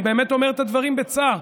אני באמת אומר את הדברים בצער.